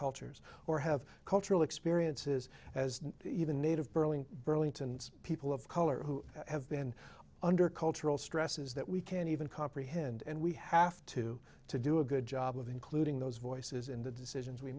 cultures or have cultural experiences as even native burling burlington's people of color who have been under cultural stresses that we can't even comprehend and we have to to do a good job of including those voices in the decisions we